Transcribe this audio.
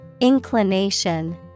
Inclination